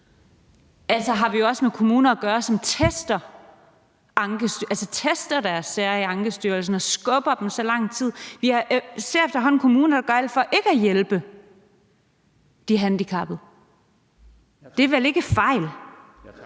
Altså, har vi med kommuner at gøre, som også tester deres sager i Ankestyrelsen og skubber dem så lang tid? Vi ser efterhånden kommuner, der gør alt for ikke at hjælpe de handicappede. Det er vel ikke fejl? Kl.